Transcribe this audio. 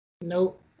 nope